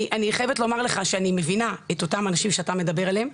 אני חייבת להגיד לך שאני מבינה את אותם אנשים שאתה מדבר עליהם,